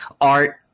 art